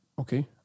Okay